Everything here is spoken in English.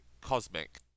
cosmic